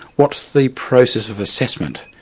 what's the process of assessment?